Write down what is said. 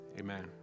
Amen